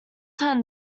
time